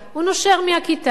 הוא נושר מהכיתה,